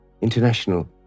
International